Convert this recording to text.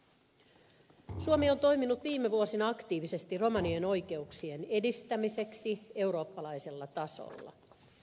suomi on toiminut viime vuosina aktiivisesti romanien oikeuksien edistämiseksi eurooppalaisella tasolla